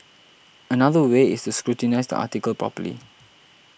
another way is scrutinise the article properly